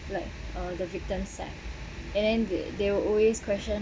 like uh the victim side and they they will always question